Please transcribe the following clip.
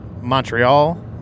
Montreal